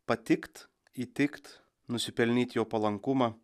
patikt įtikt nusipelnyt jo palankumą